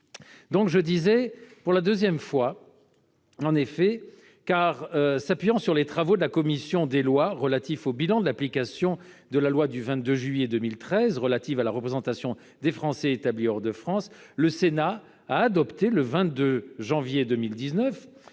J'ai bien dit « deux textes »: en effet, s'appuyant sur les travaux de la commission des lois, relatifs au bilan de l'application de la loi du 22 juillet 2013 relative à la représentation des Français établis hors de France, le Sénat a adopté, le 22 janvier 2019,